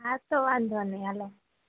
હા તો વાંધો નહીં હલો